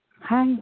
Hi